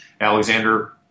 Alexander